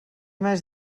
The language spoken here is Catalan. mes